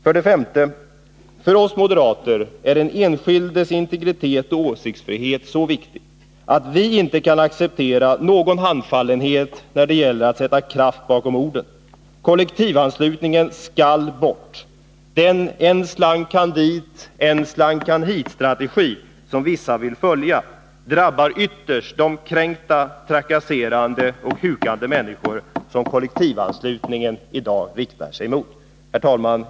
För det femte: För oss moderater är den enskildes integritet och åsiktsfrihet så viktiga att vi inte kan acceptera någon handfallenhet när det gäller att sätta kraft bakom orden. Kollektivanslutningen skall bort. Den än-slank-han-hit-än-slank-han-dit-strategi som vissa vill följa drabbar ytterst de kränkta, trakasserade och hukande människor som då även i fortsättningen tvingas dras med kollektivanslutningens alla konsekvenser. Herr talman!